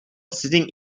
sitting